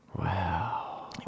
wow